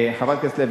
חברת הכנסת לוי,